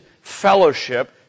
fellowship